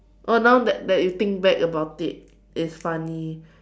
oh now that that you think back about it it's funny